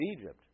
Egypt